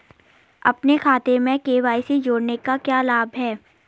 अपने खाते में के.वाई.सी जोड़ने का क्या लाभ है?